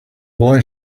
boy